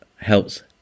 helps